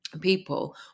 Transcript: people